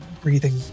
Breathing